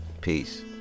Peace